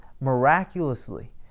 miraculously